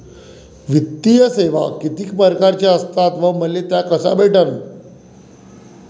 वित्तीय सेवा कितीक परकारच्या असतात व मले त्या कशा भेटन?